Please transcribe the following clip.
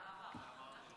ההצעה להעביר את הנושא